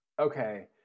Okay